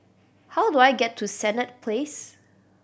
how do I get to Senett Place